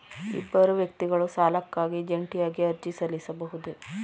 ಇಬ್ಬರು ವ್ಯಕ್ತಿಗಳು ಸಾಲಕ್ಕಾಗಿ ಜಂಟಿಯಾಗಿ ಅರ್ಜಿ ಸಲ್ಲಿಸಬಹುದೇ?